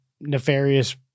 nefarious